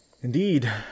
indeed